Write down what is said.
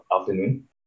afternoon